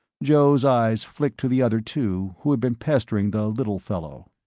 joe's eyes flicked to the other two who had been pestering the little fellow.